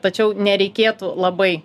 tačiau nereikėtų labai